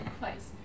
place